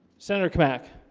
senator come back